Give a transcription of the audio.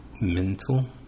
Mental